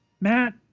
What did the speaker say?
matt